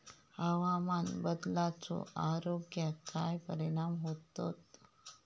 हवामान बदलाचो आरोग्याक काय परिणाम होतत?